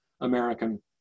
American